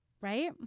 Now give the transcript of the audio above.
Right